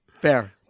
Fair